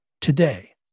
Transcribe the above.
today